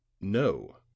No